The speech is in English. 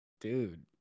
Dude